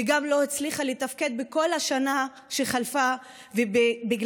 וגם לא הצליחה לתפקד בכל השנה שחלפה ובגללה